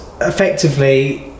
effectively